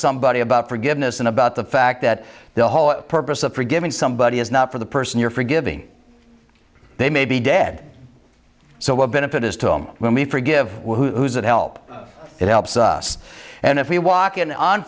somebody about forgiveness and about the fact that the whole purpose of forgiving somebody is not for the person you're forgiving they may be dead so what benefit is to them when we forgive that help it helps us and if we walk in on